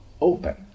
open